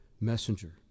messenger